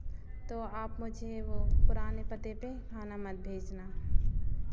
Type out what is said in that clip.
तो आप मुझे वो पुराने पते पे खाना मत भेजना